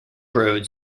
roads